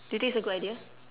do you think it's a good idea